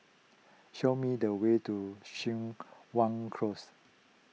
show me the way to Wan Close